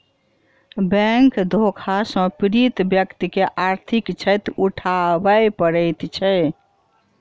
bank धोखा सॅ पीड़ित व्यक्ति के आर्थिक क्षति उठाबय पड़ैत छै